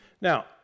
Now